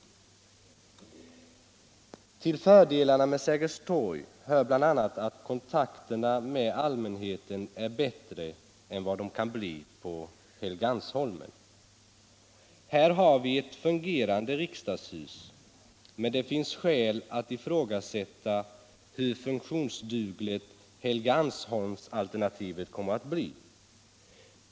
Till fördelarna med Sergels torg hör bl.a. att kontakterna med allmänheten är bättre än vad de kan bli på Helgeandsholmen. Här har vi ett fungerande riksdagshus, men det finns skäl att ifrågasätta hur funktionsdugligt Helgeandsholmsalternativet kommer att bli.